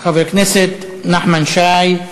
חבר הכנסת נחמן שי,